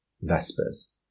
Vespers